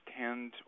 tend